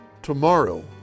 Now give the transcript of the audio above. Tomorrow